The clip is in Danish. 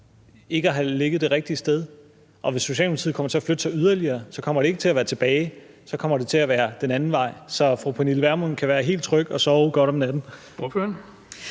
ikke at have ligget det rigtige sted, og hvis Socialdemokratiet kommer til at flytte sig yderligere, kommer det ikke til at være tilbage, så kommer det til at være den anden vej. Så fru Pernille Vermund kan være helt tryg og sove godt om natten.